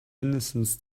mindestens